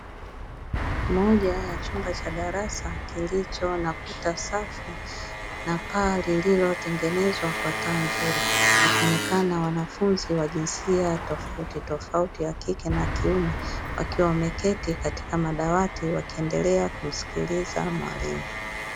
Moja ya chumba cha darasa, kilicho na kuta safi na paa lililo tengenezwa kwa taa nzuri, wakionekana wanafunzi wa jinsia tofauti tofauti wa kike na akiume, wakiwa wameketi katika madawati, wakiendelea kumsikiliza mwalimu.